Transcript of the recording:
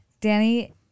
Danny